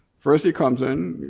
first he comes in,